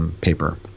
paper